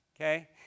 okay